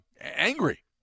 Angry